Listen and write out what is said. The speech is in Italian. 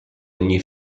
ogni